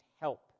help